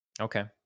okay